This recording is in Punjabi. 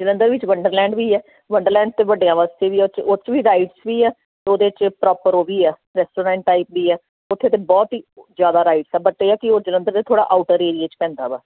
ਜਲੰਧਰ ਵਿੱਚ ਵੰਡਰਲੈਂਡ ਵੀ ਹੈ ਵੰਡਰਲੈਂਡ ਅਤੇ ਵੱਡਿਆਂ ਵਾਸਤੇ ਵੀ ਉਹ 'ਚ ਉਹ 'ਚ ਵੀ ਰਾਈਟਸ ਵੀ ਆ ਉਹਦੇ 'ਚ ਪ੍ਰੋਪਰ ਉਹ ਵੀ ਆ ਰੈਸਟੋਰੈਂਟ ਟਾਈਪ ਵੀ ਆ ਉੱਥੇ ਤਾਂ ਬਹੁਤ ਹੀ ਜ਼ਿਆਦਾ ਰਾਈਟ ਆ ਬਟ ਇਹ ਆ ਕਿ ਉਹ ਜਲੰਧਰ ਥੋੜ੍ਹਾ ਆਊਟਰ ਏਰੀਏ 'ਚ ਪੈਂਦਾ ਵਾ